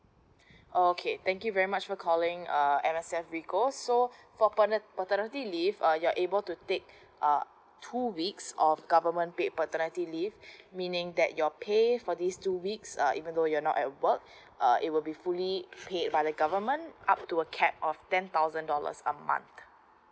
okay thank you very much for calling uh M_S_F rico so for parte~ paternity leave uh you're able to take uh two weeks of government paid paternity leave meaning that your pay for these two weeks uh even though you're not at work uh it will be fully paid by the government up to a cap of ten thousand dollars a month